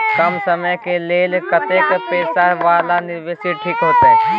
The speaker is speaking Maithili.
कम समय के लेल कतेक पैसा वाला निवेश ठीक होते?